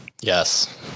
Yes